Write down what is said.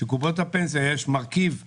בקופות הפנסיה יש מרכיב מסוים,